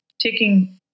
taking